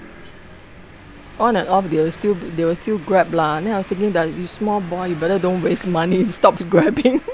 on and off they will still they will still Grab lah then I was thinking that you small boy you better don't waste money stop Grab-ing